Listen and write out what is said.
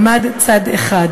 במעמד צד אחד,